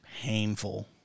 painful